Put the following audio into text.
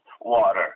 water